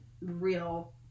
real